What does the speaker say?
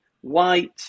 white